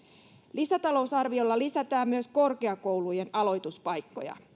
lisätalousarviolla lisätään myös korkeakoulujen aloituspaikkoja